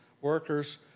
workers